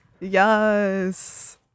Yes